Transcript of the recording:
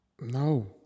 No